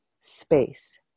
space